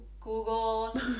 Google